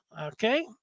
Okay